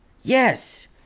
Yes